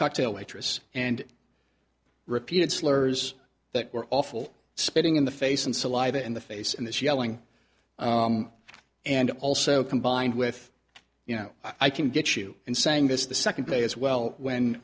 cocktail waitress and repeated slurs that were awful spitting in the face and saliva in the face and this yelling and also combined with you know i can get you and saying this the second day as well when